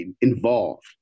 involved